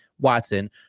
Watson